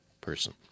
person